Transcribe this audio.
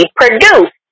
produce